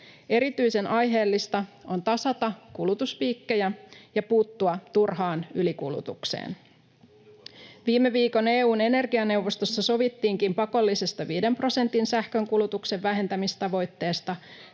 Erityisen aiheellista on tasata kulutuspiikkejä ja puuttua turhaan ylikulutukseen. Viime viikon EU:n energianeuvostossa sovittiinkin pakollisesta viiden prosentin sähkön kulutuksen vähentämistavoitteesta